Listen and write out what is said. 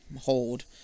hold